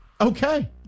Okay